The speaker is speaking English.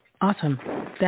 Awesome